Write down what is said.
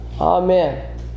Amen